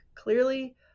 Clearly